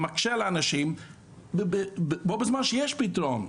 מקשה על האנשים בו בזמן שיש פתרון.